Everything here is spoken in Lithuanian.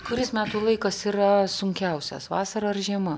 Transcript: kuris metų laikas yra sunkiausias vasara ar žiema